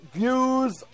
views